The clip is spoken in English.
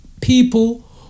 People